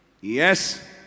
Yes